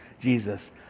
Jesus